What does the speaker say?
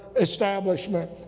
establishment